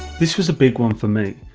this was a big one for me,